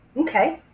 okay.